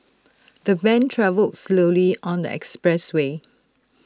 the van travelled slowly on the expressway